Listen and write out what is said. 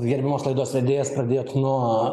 o gerbiamas laidos vedėjas pradėjot nuo